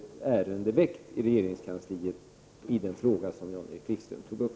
Ett ärende är alltså väckt i regeringskansliet i den fråga som Jan-Erik Wikström tog upp.